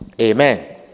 Amen